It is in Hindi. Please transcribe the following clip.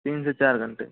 तीन से चार घंटे